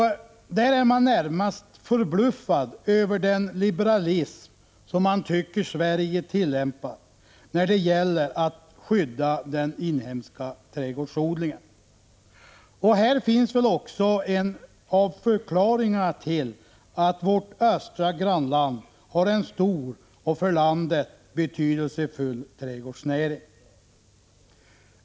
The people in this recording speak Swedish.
I Finland är man närmast förbluffad över den liberalism som man tycker Sverige tillämpar när det gäller att skydda den inhemska trädgårdsodlingen. Här finns väl också en av förklaringarna till att vårt östra grannland har en stor och för landet betydelsefull trädgårdsnäring.